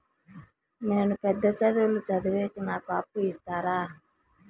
నేను పెద్ద చదువులు చదివేకి నాకు అప్పు ఇస్తారా